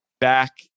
back